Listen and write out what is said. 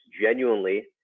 genuinely